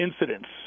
incidents